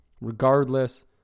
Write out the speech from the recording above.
Regardless